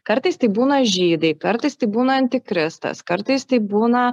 kartais tai būna žydai kartais tai būna antikristas kartais tai būna